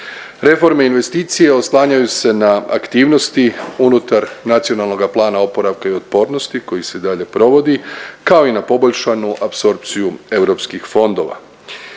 Reforme i investicije oslanjaju se na aktivnosti unutar Nacionalnoga plana oporavka i otpornosti koji se dalje provodi kao i na poboljšanu apsorpciju europskih fondova.